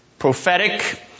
Prophetic